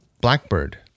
Blackbird